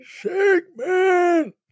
segment